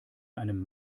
einem